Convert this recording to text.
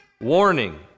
warning